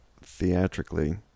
theatrically